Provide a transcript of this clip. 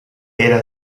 pere